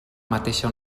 mateixa